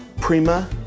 Prima